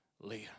Leah